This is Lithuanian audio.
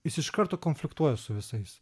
jis iš karto konfliktuoja su visais